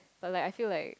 like like I feel like